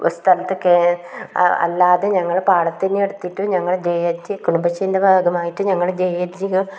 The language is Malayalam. സ്ഥലത്ത് അല്ലാതെ ഞങ്ങൾ പാടത്ത് തന്നെ എടുത്തിട്ട് ഞങ്ങൾ കുടുംബശ്രീൻ്റെ ഭാഗമായിട്ട് ഞങ്ങൾ